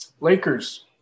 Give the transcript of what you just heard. Lakers